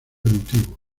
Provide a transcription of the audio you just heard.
emotivo